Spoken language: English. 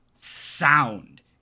sound